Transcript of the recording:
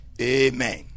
Amen